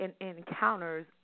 encounters